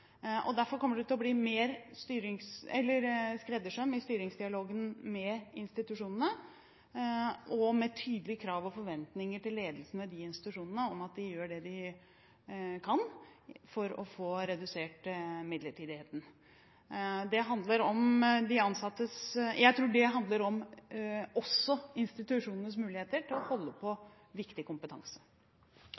Det kommer til å bli mer skreddersøm i styringsdialogen med institusjonene, med tydelige krav og forventninger til ledelsen ved de institusjonene om at de gjør det de kan for å få redusert midlertidigheten. Jeg tror dette også handler om institusjonenes muligheter til å holde på